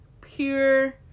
pure